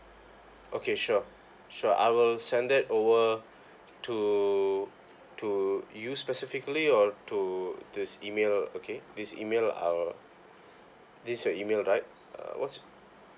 okay sure sure I will send that over to to you specifically or to this email okay this email I'll this your email right uh what's